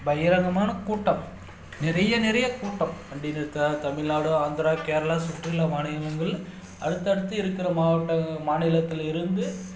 பயிரங்கமான கூட்டம் நிறைய நிறைய கூட்டம் வண்டி நிறுத்த தமிழ்நாடு ஆந்திரா கேரளா சுற்றியுள்ள மாநிலங்கள்னு அடுத்தடுத்து இருக்கிற மாவட்ட மாநிலத்திலிருந்து